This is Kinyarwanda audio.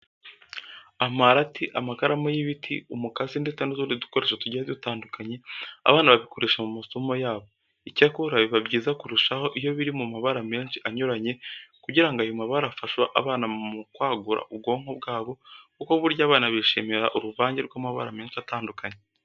Amarati, amakaramu y'ibiti, umukasi ndetse n'utundi dukoresho tugiye dutandukanye, abana babikoresha mu masomo yabo. Icyakora, biba byiza kurushaho iyo biri mu mabara menshi anyuranye kugira ngo ayo mabara afashe abana mu kwagura ubwonko bwabo kuko burya abana bishimira uruvanjye rw'amabara menshi atandukanye.